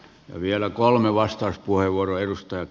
vielä kolme vastauspuheenvuoroa